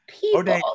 people-